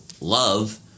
love